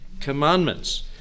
commandments